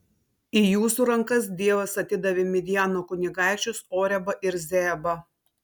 į jūsų rankas dievas atidavė midjano kunigaikščius orebą ir zeebą